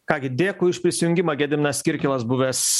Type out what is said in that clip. ką gi dėkui už prisijungimą gediminas kirkilas buvęs